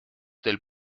del